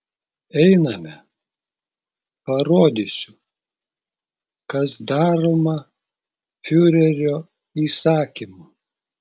einame parodysiu kas daroma fiurerio įsakymu